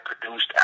produced